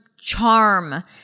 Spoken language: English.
charm